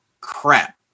crap